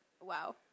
Wow